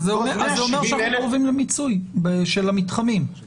כי אחרי שגומרים לדגום יש את התנועה למעבדות